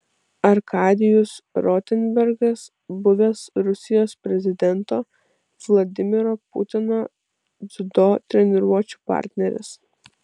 arkadijus rotenbergas buvęs rusijos prezidento vladimiro putino dziudo treniruočių partneris